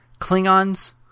Klingons